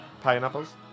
pineapples